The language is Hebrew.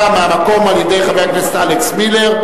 מהמקום על-ידי חבר הכנסת אלכס מילר.